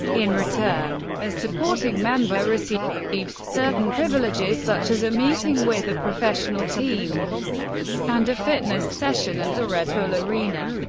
in return, a supporting member receives receives certain privileges such as a meeting with the professional team and a fitness session at the red bull arena.